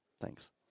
thanks